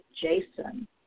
Jason